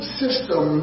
system